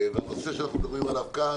ולנושא שאנחנו מדברים עליו כאן,